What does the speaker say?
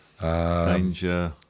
Danger